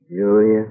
Julia